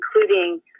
including